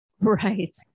Right